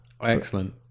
Excellent